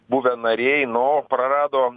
buvę nariai nu prarado